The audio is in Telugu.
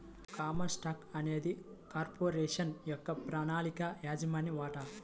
కామన్ స్టాక్ అనేది కార్పొరేషన్ యొక్క ప్రామాణిక యాజమాన్య వాటా